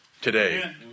today